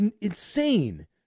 insane